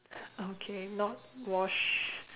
okay not wash